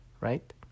Right